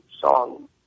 song